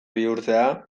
bihurtzea